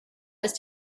ist